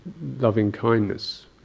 loving-kindness